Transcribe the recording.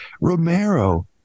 Romero